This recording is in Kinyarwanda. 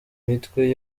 mitwe